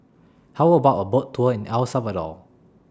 How about A Boat Tour in El Salvador